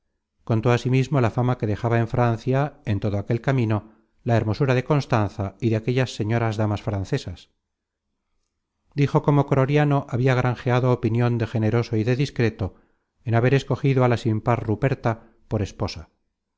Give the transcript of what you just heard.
contó asimismo la fama que dejaba en francia en todo aquel camino la hermosura de constanza y de aquellas señoras damas francesas dijo cómo croriano habia granjeado opinion de generoso y de discreto en haber escogido á la sin par ruperta por esposa